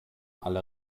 alle